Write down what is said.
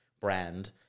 brand